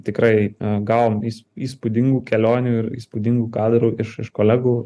tikrai gavom įsp įspūdingų kelionių ir įspūdingų kadrų iš iš kolegų